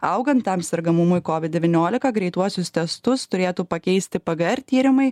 augant tam sergamumui covid devyniolika greituosius testus turėtų pakeisti pgr tyrimai